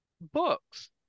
books